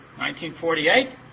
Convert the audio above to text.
1948